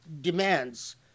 demands